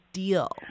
deal